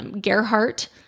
Gerhart